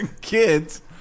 kids